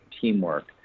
Teamwork